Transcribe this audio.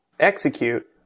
execute